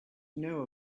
know